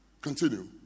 Continue